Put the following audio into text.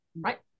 right